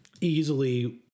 easily